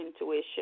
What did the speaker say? intuition